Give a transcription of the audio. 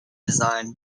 design